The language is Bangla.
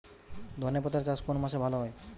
ধনেপাতার চাষ কোন মাসে ভালো হয়?